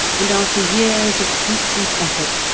and, after years of fruitless effort,